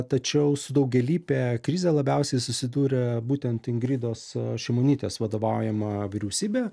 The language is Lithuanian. tačiau su daugialype krize labiausiai susidūrė būtent ingridos šimonytės vadovaujama vyriausybė